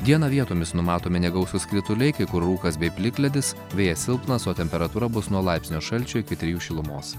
dieną vietomis numatomi negausūs krituliai kai kur rūkas bei plikledis vėjas silpnas o temperatūra bus nuo laipsnio šalčio iki trijų šilumos